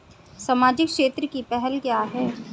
सामाजिक क्षेत्र की पहल क्या हैं?